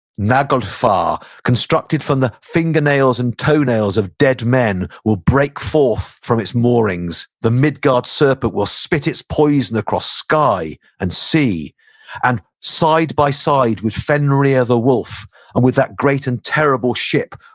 naglfar, constructed from the fingernails and toenails of dead men will break forth from its moorings the midgard serpent will spit its poison across sky and sea and side by side with fenrir the wolf and with that great and terrible ship,